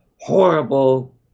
horrible